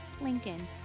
Lincoln